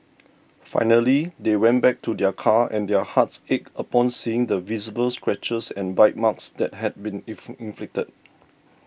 finally they went back to their car and their hearts ached upon seeing the visible scratches and bite marks that had been inflicted